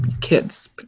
kids